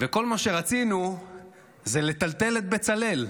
וכל מה שרצינו זה לטלטל את בצלאל,